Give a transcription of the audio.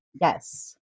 Yes